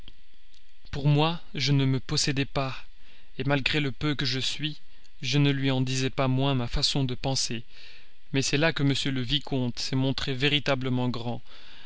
pour moi je ne me possédais pas malgré le peu que je suis je ne lui en disais pas moins ma façon de penser mais c'est là que m le vicomte s'est montré bien véritablement grand